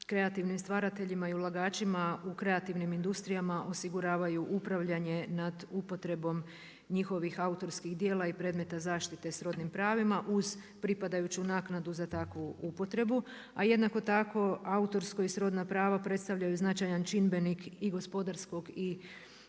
kreativnim stvarateljima i ulagačima u kreativnim industrijama osiguravaju upravljanje nad upotrebom njihovih autorskih djela i predmeta zaštita srodnim pravima uz pripadajuću naknadu za takvu upotrebu. A jednako tako autorsko i srodna prava predstavljaju značajan čimbenik i gospodarskog i